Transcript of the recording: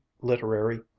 literary